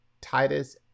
Titus